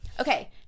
Okay